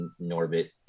Norbit